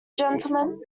gentlemen